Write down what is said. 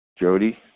Jody